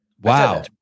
Wow